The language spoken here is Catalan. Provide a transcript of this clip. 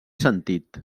sentit